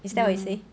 is that what you say